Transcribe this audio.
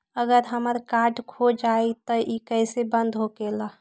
अगर हमर कार्ड खो जाई त इ कईसे बंद होकेला?